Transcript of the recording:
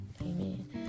amen